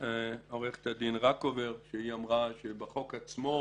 עורכת הדין רקובר, שאמרה שאין בחוק עצמו